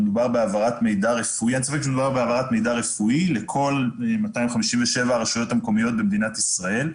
ומדובר בהעברת מידע רפואי לכל 257 הרשויות המקומיות במדינת ישראל,